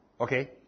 Okay